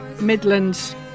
Midlands